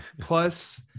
Plus